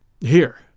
Here